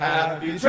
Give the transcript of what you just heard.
Happy